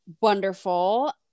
wonderful